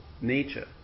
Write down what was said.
nature